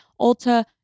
Ulta